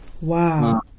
Wow